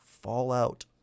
Fallout